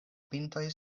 pintoj